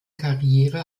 karriere